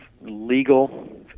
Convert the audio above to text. legal